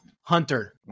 Hunter